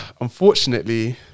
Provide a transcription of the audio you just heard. unfortunately